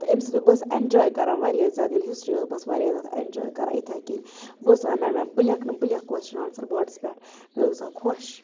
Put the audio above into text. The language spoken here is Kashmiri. تہٕ امہِ سۭتۍ بہٕ ٲسس ایٚنجاے کران واریاہ زیادٕ ییٚلہِ ہِسٹری اوس بہٕ ٲسس واریاہ زیادٕ ایٚنجاے کران یتھے کٔنۍ بہٕ ٲسس دَپان میڈم بہٕ لیٚکھہٕ بہٕ لیٚکھہِ کوسچن آنسر بوڈس پٮ۪ٹھ مےٚ اوس گژھان خۄش